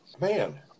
man